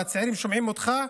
והצעירים שומעים אותך.